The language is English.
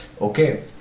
Okay